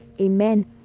amen